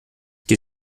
que